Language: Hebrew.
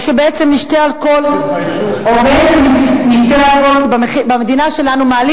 או שבעצם נשתה אלכוהול כי במדינה שלנו מעלים